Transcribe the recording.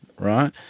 right